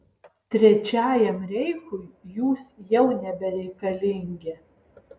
trečiajam reichui jūs jau nebereikalingi